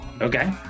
okay